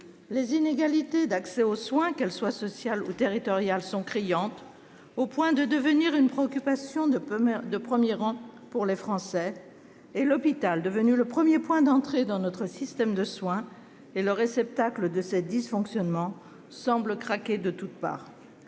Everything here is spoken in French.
en matière d'accès aux soins, qu'elles soient sociales ou territoriales, sont criantes, au point de devenir une préoccupation de premier rang pour les Français. L'hôpital, devenu le premier point d'entrée de notre système de soins et le réceptacle de ces dysfonctionnements, semble craquer de toutes parts.